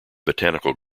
botanical